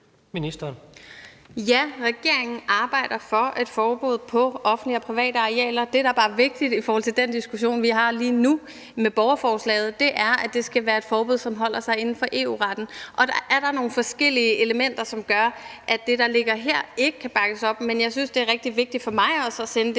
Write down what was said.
Ja, regeringen arbejder for at få et forbud på offentlige og private arealer; det, der bare er vigtigt i forhold til den diskussion, vi har lige nu, om borgerforslaget, er, at det skal være et forbud, som holder sig inden for EU-retten, og der er der nogle forskellige elementer, som gør, at det, der ligger her, ikke kan bakkes op. Men jeg synes, det er rigtig vigtigt for mig også at sende det